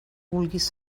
vulguis